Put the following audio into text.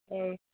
ହଁ